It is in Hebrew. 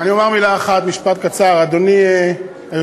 אני אומר מילה אחת, משפט קצר, אדוני היושב-ראש.